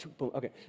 okay